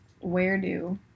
where-do